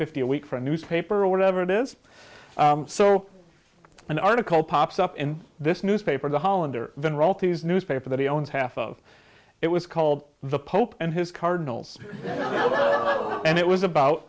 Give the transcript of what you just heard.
fifty a week for a newspaper or whatever it is so an article pops up in this newspaper the hollander then royalties newspaper that he owns half of it was called the pope and his cardinals and it was about